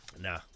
nah